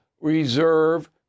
reserve